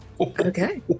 okay